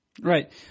Right